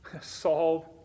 solve